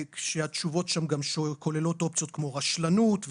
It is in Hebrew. התשובות שם גם כוללות אופציות, כמו רשלנות,